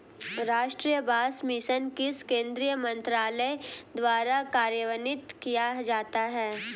राष्ट्रीय बांस मिशन किस केंद्रीय मंत्रालय द्वारा कार्यान्वित किया जाता है?